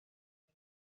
کار